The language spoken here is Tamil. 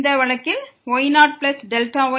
இப்போது y தொடர்பான பகுதி வழித்தோன்றலை பார்ப்போம்